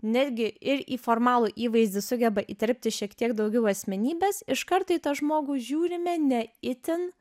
netgi ir į formalų įvaizdį sugeba įterpti šiek tiek daugiau asmenybės iš karto į tą žmogų žiūrime ne itin